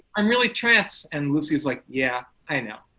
i'm really trans. and lucy's like yeah, i know.